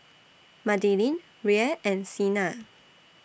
Madilynn Rhea and Sienna